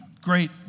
great